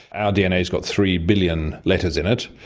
our dna has got three billion letters in it.